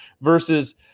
versus